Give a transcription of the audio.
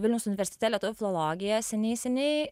vilniaus universitete lietuvių filologiją seniai seniai